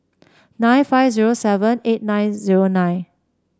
nine five zero seven eight nine zero nine